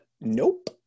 Nope